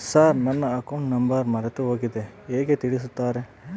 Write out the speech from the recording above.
Sir ನನ್ನ account number ಮರೆತುಹೋಗಿದೆ ಹೇಗೆ ತಿಳಿಸುತ್ತಾರೆ?